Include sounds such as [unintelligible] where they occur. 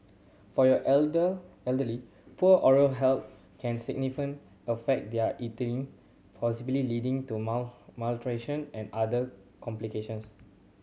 for your elder elderly poor oral health can significant affect their eating possibly leading to [unintelligible] malnutrition and other complications